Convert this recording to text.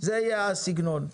זה הסגנון.